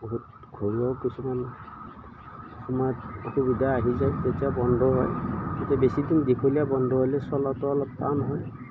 বহুত ঘৰুৱাও কিছুমান সময়ত অসুবিধা আহি যায় তেতিয়া বন্ধ হয় তেতিয়া বেছিদিন দীঘলীয়া বন্ধ হ'লে চলাটো অলপ টান হয়